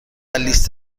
لیست